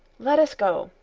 let us go.